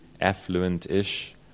affluent-ish